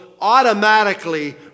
automatically